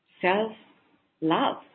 self-love